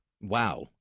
Wow